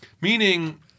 Meaning